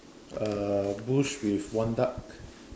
uh bush with one duck